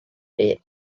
rhydd